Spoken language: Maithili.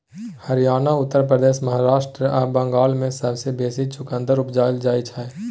हरियाणा, उत्तर प्रदेश, महाराष्ट्र आ बंगाल मे सबसँ बेसी चुकंदर उपजाएल जाइ छै